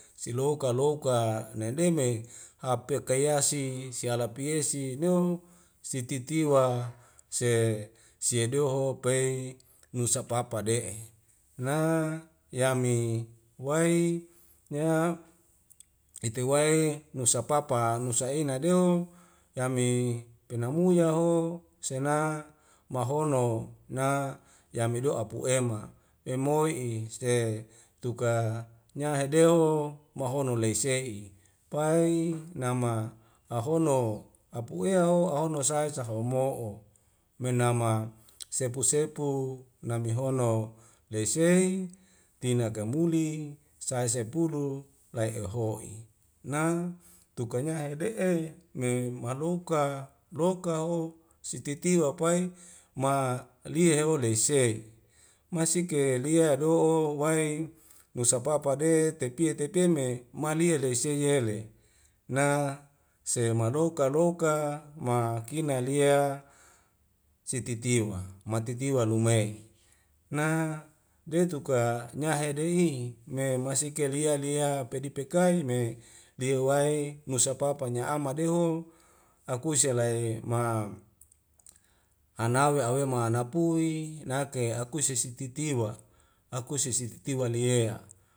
Siloka louka nai deme hape kayasi siala piesi neu sititiwa se sie doho pei nusa papa de'e na yami wai nea itewai nusapapa nusaina deu yami penamu yahayo sena mahono na yamida'o pu'ema emo'i se tuka nyahedeho mahono lei se'i pai nama ahono apuye yaho ahono sae saha womo'o menama sepu sepu namihono lei sei tinak ka muli sae sepulu lae eho'i na tukanya ede'e me maloka loka o sititwa pai ma lie ode sei masike lie ado'o wai nusa papa de tepie tepie me malie le sei yele na semaloka loka makinai lia sititiwa matitiwa lume na deu tuka nyahe de'i me masike lia lia pedi pekai me ne wai nusa papa nyama'ama deho akuse elai ma hanawi awe ma'ana pui nake akuse si siti tiwa aku se sititiwa lie a